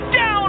Down